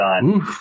done